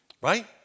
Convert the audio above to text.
right